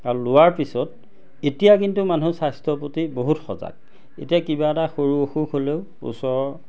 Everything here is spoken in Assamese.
আৰু লোৱাৰ পিছত এতিয়া কিন্তু মানুহ স্বাস্থ্য প্ৰতি বহুত সজাগ এতিয়া কিবা এটা সৰু অসুখ হ'লেও ওচৰৰ